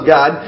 God